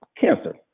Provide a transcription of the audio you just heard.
cancer